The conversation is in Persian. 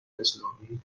اسلامی